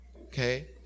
okay